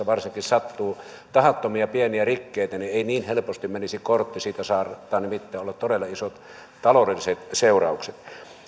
varsinkin ammattiliikenteessä näitä tahattomia pieniä rikkeitä kuitenkin sattuu niin ei niin helposti menisi kortti siitä saattaa nimittäin olla todella isot taloudelliset seuraukset